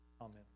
Amen